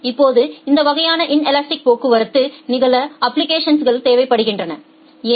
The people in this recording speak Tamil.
இப்போது இந்த வகையான இன்லஸ்ட்டிக் போக்குவரத்து நிகழ்நேர அப்ப்ளிகேஷன்ஸ்களுக்கு தேவைப்படுகிறது ஏன்